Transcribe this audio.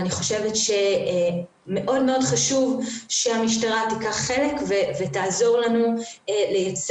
אני חושבת שמאוד מאוד חשוב שהמשטרה תיקח חלק ותעזור לנו לייצר